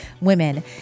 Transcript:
women